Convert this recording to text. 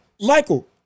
Michael